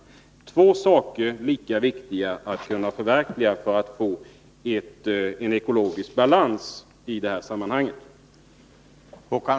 Dessa två saker är lika viktiga att förverkliga för att vi skall kunna få en ekologisk balans i resursutvecklingen.